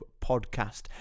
podcast